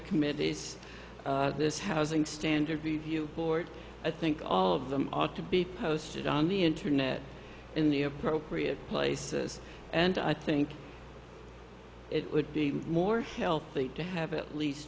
committees this housing standards review board i think all of them ought to be posted on the internet in the appropriate places and i think it would be more healthy to have at least